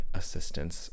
assistance